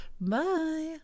Bye